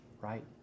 right